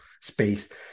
space